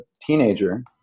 teenager –